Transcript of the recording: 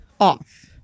off